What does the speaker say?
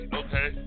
okay